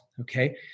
Okay